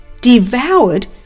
devoured